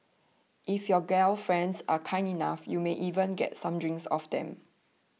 if your gal friends are kind enough you may even get some drinks off them